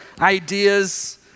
ideas